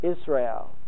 Israel